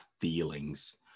feelings